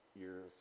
years